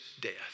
death